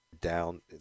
down